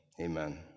Amen